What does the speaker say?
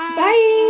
bye